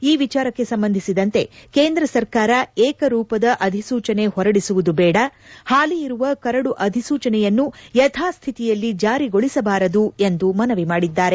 ಈ ವಿಚಾರಕ್ನೆ ಸಂಬಂಧಿಸಿದಂತೆ ಕೇಂದ್ರ ಸರ್ಕಾರ ಏಕರೂಪದ ಅಧಿಸೂಚನೆ ಹೊರಡಿಸುವುದು ಬೇಡ ಹಾಲಿ ಇರುವ ಕರಡು ಅಧಿಸೂಚನೆಯನ್ನು ಯಥಾಸ್ಥಿತಿಯಲ್ಲಿ ಜಾರಿಗೊಳಿಸಬಾರದು ಎಂದು ಮನವಿ ಮಾದಿದ್ದಾರೆ